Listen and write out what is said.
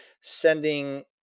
sending